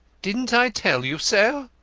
didn't i tell you so?